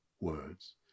words